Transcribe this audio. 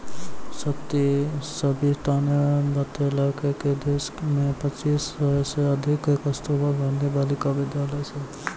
सविताने बतेलकै कि देश मे पच्चीस सय से अधिक कस्तूरबा गांधी बालिका विद्यालय छै